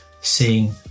seeing